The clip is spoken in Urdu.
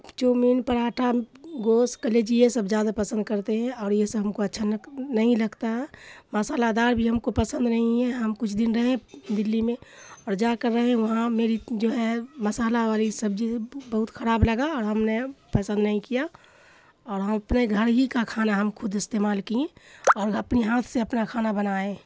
چومین پڑاٹھا گوست کلیجی یہ سب زیادہ پسند کرتے ہیں اور یہ سب ہم کو اچھا نہیں لگتا ہے مصالحہ دار بھی ہم کو پسند نہیں ہے ہم کچھ دن رہیں دلّی میں اور جا کر رہے وہاں میری جو ہیں مصالحہ والی سبجی بہت خراب لگا اور ہم نے پسند نہیں کیا اور ہم اپنے گھر ہی کا کھانا ہم خود استعمال کیں اور اپنی ہاتھ سے اپنا کھانا بنائیں